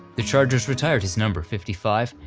the chargers retired his number fifty five,